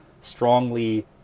strongly